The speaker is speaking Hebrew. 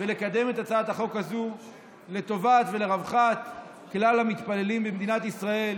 ולקדם את הצעת החוק הזו לטובת ולרווחת כלל המתפללים במדינת ישראל,